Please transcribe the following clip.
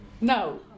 No